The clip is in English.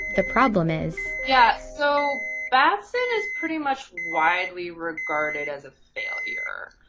the problem is. yeah so batson is pretty much widely regarded as a failure.